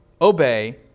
obey